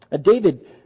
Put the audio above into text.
David